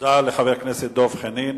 תודה לחבר הכנסת דב חנין.